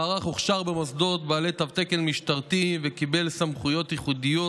המערך הוכשר במוסדות בעלי תו תקן משטרתי וקיבל סמכויות ייחודיות